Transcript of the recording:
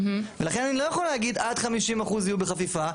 ולכן אני לא יכול להגיד עד 50% יהיו בחפיפה.